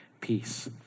peace